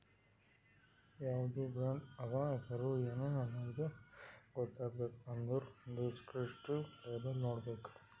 ಯಾವ್ದು ಬ್ರಾಂಡ್ ಅದಾ, ಹೆಸುರ್ ಎನ್ ಅದಾ ಇದು ಗೊತ್ತಾಗಬೇಕ್ ಅಂದುರ್ ದಿಸ್ಕ್ರಿಪ್ಟಿವ್ ಲೇಬಲ್ ನೋಡ್ಬೇಕ್